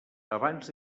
abans